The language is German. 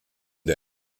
der